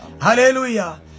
Hallelujah